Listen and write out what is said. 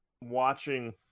watching